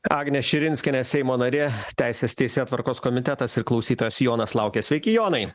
agnė širinskienė seimo narė teisės teisėtvarkos komitetas ir klausytojas jonas laukia sveiki jonai